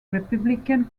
republican